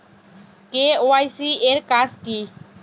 KYC এর কাজ কি?